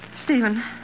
Stephen